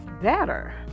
better